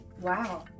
Wow